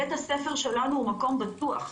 בית הספר שלנו הוא מקום בטוח.